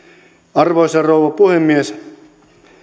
arvoisa rouva puhemies